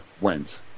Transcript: went